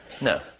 No